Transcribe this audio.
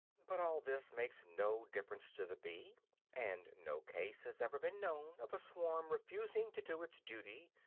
but all this makes no difference to the bee and no case has ever been known of a swarm refusing to do its duty,